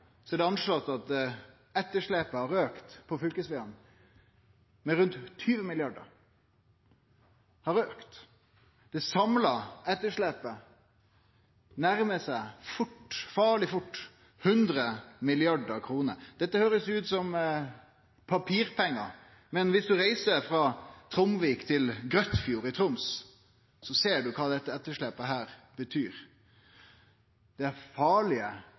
er det rekna at etterslepet på fylkesvegane har auka med rundt 20 mrd. kr. Det har auka. Det samla etterslepet nærmar seg fort – farleg fort – 100 mrd. kr. Dette høyrest ut som papirpengar, men viss ein reiser frå Tromvik til Grøtfjord i Troms, ser ein kva dette etterslepet her betyr. Det er farlege,